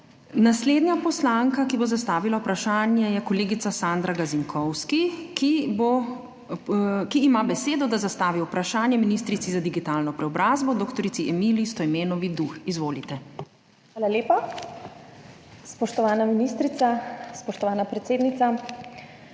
Naslednja poslanka, ki bo zastavila vprašanje, je kolegica Sandra Gazinkovski, ki ima besedo, da zastavi vprašanje ministrici za digitalno preobrazbo dr. Emiliji Stojmenovi Duh. Izvolite. **SANDRA GAZINKOVSKI (PS Svoboda):** Hvala lepa. Spoštovana ministrica, spoštovana predsednica!